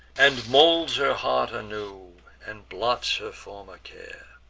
and molds her heart anew, and blots her former care.